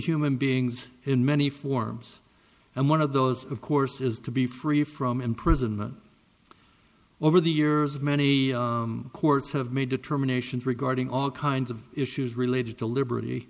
human beings in many forms and one of those of course is to be free from imprisonment over the years many courts have made determinations regarding all kinds of issues related to liberty